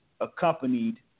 accompanied